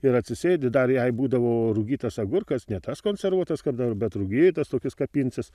ir atsisėdi dar jei būdavo rūkytas agurkas ne tas konservuotas kap daro bet rugytas tokius ka pinsis